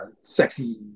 sexy